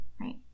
right